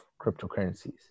cryptocurrencies